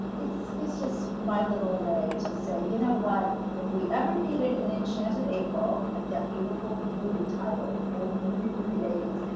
it's it's just my little way to say, you know what, if we ever needed an enchanted april, like that beautiful movie title, old movie from the eighty s,